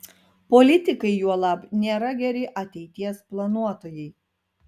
politikai juolab nėra geri ateities planuotojai